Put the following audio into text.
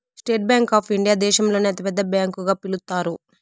state bank of India దేశంలోనే అతి పెద్ద బ్యాంకు గా పిలుత్తారు